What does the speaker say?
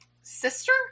sister